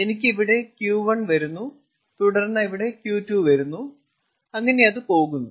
എനിക്ക് ഇവിടെ Q1 വരുന്നു തുടർന്ന് ഇവിടെ Q2 വരുന്നു അങ്ങനെ അത് പോകുന്നു